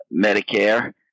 Medicare